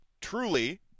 truly